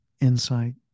insight